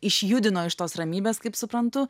išjudino iš tos ramybės kaip suprantu